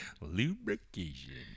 Lubrication